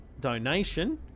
donation